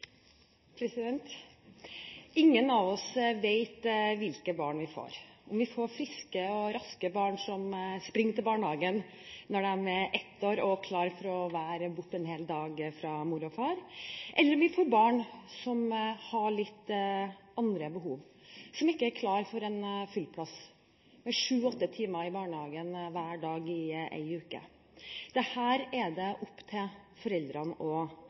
raske barn, som springer til barnehagen når de er ett år, og er klar for å være borte en hel dag fra mor og far, eller om vi får barn som har litt andre behov, som ikke er klar for en «fyllplass» – syv–åtte timer i barnehagen hver dag i en uke. Dette er det opp til foreldrene å